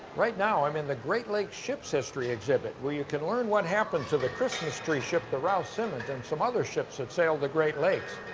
right now, i'm in the great lakes ships history exhibit, where you can learn what happened to the christmas tree ship, the rouse simmons and some other ships that sailed the great lakes.